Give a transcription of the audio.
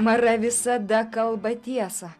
mara visada kalba tiesą